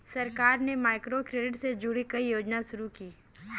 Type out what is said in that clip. सरकार ने माइक्रोक्रेडिट से जुड़ी कई योजनाएं शुरू की